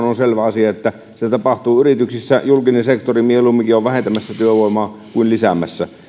on selvä asia että tämän päivän kasvuhan tapahtuu yrityksissä julkinen sektori mieluumminkin on vähentämässä työvoimaa kuin lisäämässä